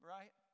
Right